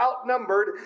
outnumbered